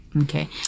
Okay